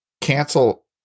cancel